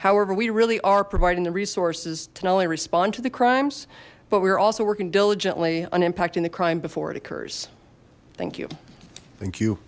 however we really are providing the resources to not only respond to the crimes but we are also working diligently on impacting the crime before it occurs thank you thank you